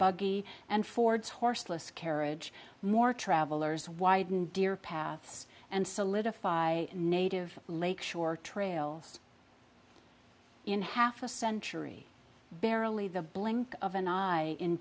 buggy and fords horseless carriage more travellers widen dear paths and solidify native lake shore trails in half a century barely the blink of an